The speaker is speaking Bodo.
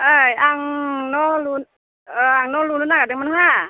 ओइ आं न' लुनो आं न' लुनो नागिरदोंमोन हो